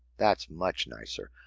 that's much nicer.